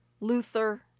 Luther